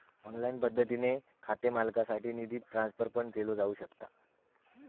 online पद्धतीने खाते मालकासाठी निधी ट्रान्सफर पण केलो जाऊ शकता